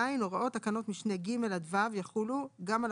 (ז) הוראות תקנות משנה (ג) עד (ו) יחולו גם על